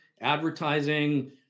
advertising